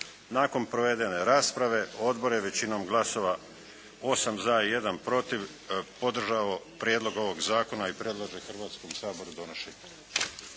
Nakon provedene rasprave Odbor je većinom glasova 8 za i 1 protiv podržao Prijedlog ovog zakona i predlaže Hrvatskom saboru donošenje.